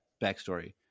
backstory